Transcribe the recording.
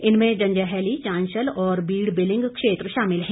इनमें जंजैहली चांशल और बीड़ बीलिंग क्षेत्र शामिल हैं